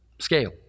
scale